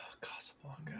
Casablanca